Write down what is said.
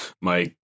Mike